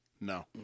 No